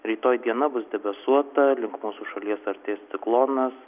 rytoj diena bus debesuota link mūsų šalies artės ciklonas